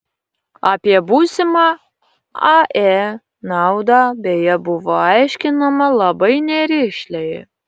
apie būsimą ae naudą beje buvo aiškinama labai nerišliai